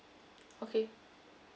okay